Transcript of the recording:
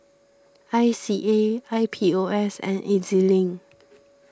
I C A I P O S and E Z Link